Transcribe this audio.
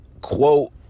quote